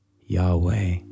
Yahweh